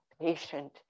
patient